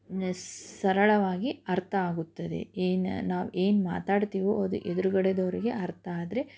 ಸರಳವಾಗಿ ಅರ್ಥ ಆಗುತ್ತದೆ ಏನು ನಾವೇನು ಮಾತಾಡ್ತೀವೋ ಅದು ಎದ್ರುಗಡೆದವ್ರಿಗೆ ಅರ್ಥ ಆದರೆ